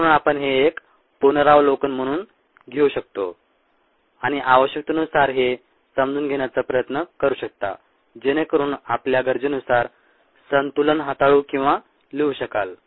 म्हणून आपण हे एक पुनरावलोकन म्हणून घेऊ शकतो आणि आवश्यकतेनुसार हे समजून घेण्याचा प्रयत्न करू शकता जेणेकरून आपल्या गरजेनुसार संतुलन हाताळू किंवा लिहू शकाल